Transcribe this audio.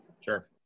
Sure